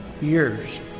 years